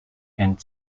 and